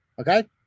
Okay